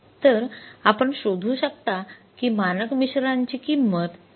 तर आपण शोधू शकता की मानक मिश्रणाची किंमत किती आहे